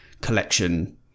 collection